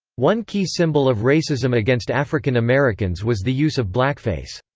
one key symbol of racism against african americans was the use of blackface.